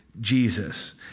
Jesus